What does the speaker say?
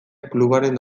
klubaren